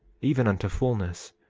even unto fulness,